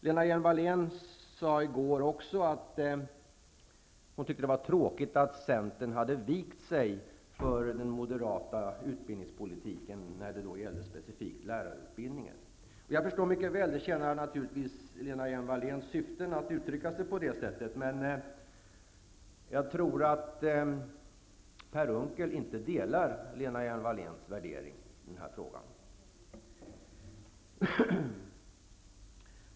Lena Hjelm-Wallén sade i går också att hon tyckte det var tråkigt att Centern hade vikt sig för den moderata utbildningspolitiken, specifikt lärarutbildningen. Jag förstår mycket väl att det tjänar Lena Hjelm-Walléns syften att uttrycka sig på det sättet. Men jag tror att Per Unckel inte delar Lena Hjelm-Walléns värdering i den här frågan.